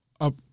up